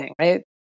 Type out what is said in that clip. right